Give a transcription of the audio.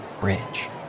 Bridge